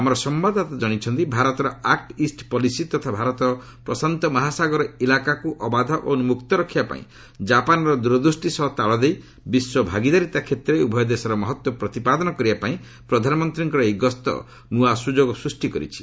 ଆମର ସମ୍ଭାଦଦାତା ଜଣାଇଛନ୍ତି ଭାରତର ଆକୁ ଇଷ୍ଟ ପଲିସି ତଥା ଭାରତ ପ୍ରଶାନ୍ତ ମହାସାଗର ଇଲାକାକୁ ଅବାଧ ଓ ମୁକ୍ତ ରଖିବାପାଇଁ ଜାପାନ୍ର ଦୂରଦୃଷ୍ଟି ସହ ତାଳ ଦେଇ ବିଶ୍ୱ ଭାଗିଦାରିତା କ୍ଷେତ୍ରରେ ଉଭୟ ଦେଶର ମହତ୍ତ୍ୱ ପ୍ରତିପାଦନ କରିବାପାଇଁ ପ୍ରଧାନମନ୍ତ୍ରୀଙ୍କର ଏହି ଗସ୍ତ ନୂଆ ସୁଯୋଗ ସୃଷ୍ଟି କରିଛି